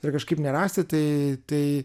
ir kažkaip nerasti tai tai